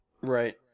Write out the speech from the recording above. Right